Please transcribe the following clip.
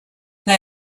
they